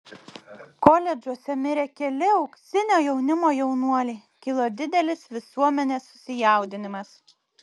koledžuose mirė keli auksinio jaunimo jaunuoliai kilo didelis visuomenės susijaudinimas